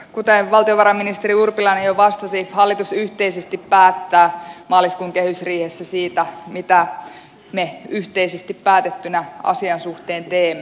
kuten valtiovarainministeri urpilainen jo vastasi hallitus yhteisesti päättää maaliskuun kehysriihessä siitä mitä me yhteisesti päätettynä asian suhteen teemme